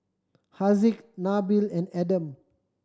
Haziq Nabil and Adam